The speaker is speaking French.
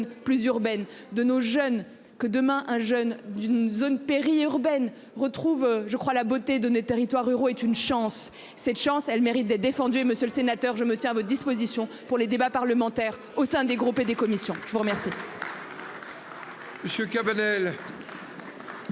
plus urbaine de nos jeunes que demain un jeune d'une zone. Péri-urbaine retrouve je crois la beauté de nos territoires ruraux est une chance, cette chance elle mérite d'être défendue et monsieur le sénateur, je me tiens à votre disposition pour les débats parlementaires au sein des groupes et des commissions. Je vous remercie.